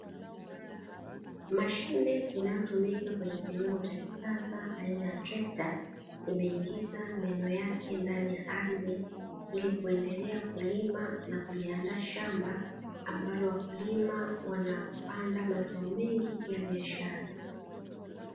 Mashine inayotumika kwenye kilimo cha kisasa, aina ya trekta imeinginza meno yake ndani ya ardhi, ili kuendelea kulima na kuliandaa shamba ambalo wakulima wanapanda mazao mengi ya biashara.